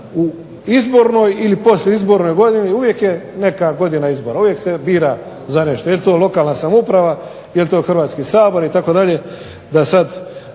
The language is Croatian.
u izbornoj ili poslijeizbornoj godini. Uvijek je neka godina izbora, uvijek se bira za nešto. Jel to lokalna samouprava, jel to Hrvatski sabor itd. da sada